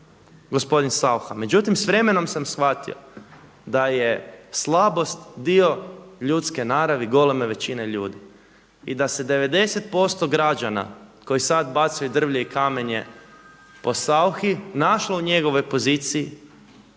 gospodin Saucha, međutim s vremenom sam shvatio da je slabost dio ljudske naravi goleme većina ljudi i da se 90% građana koji sada bacaju drvlje i kamenje po Sauchi našlo u njegovoj poziciji,